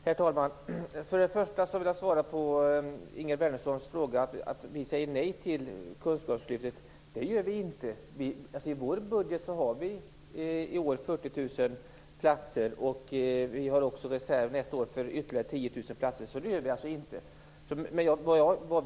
Herr talman! Först och främst vill jag svara på Ingegerd Wärnerssons fråga om att vi säger nej till kunskapslyftet. Nej, det gör vi inte. I vår budget har vi i år 40 000 platser. Vi har reserv för ytterligare 10 000 platser nästa år.